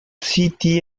city